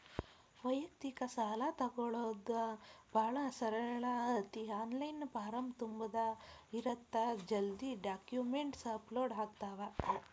ವ್ಯಯಕ್ತಿಕ ಸಾಲಾ ತೊಗೋಣೊದ ಭಾಳ ಸರಳ ಐತಿ ಆನ್ಲೈನ್ ಫಾರಂ ತುಂಬುದ ಇರತ್ತ ಜಲ್ದಿ ಡಾಕ್ಯುಮೆಂಟ್ಸ್ ಅಪ್ಲೋಡ್ ಆಗ್ತಾವ